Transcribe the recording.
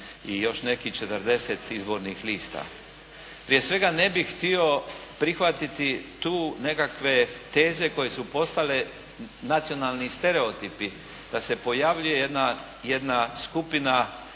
i još neki, četrdeset izbornih lista. Prije svega ne bih htio prihvatiti tu nekakve teze koje su postale nacionalni stereotipi, da se pojavljuje jedna skupina